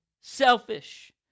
selfish